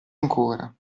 ancora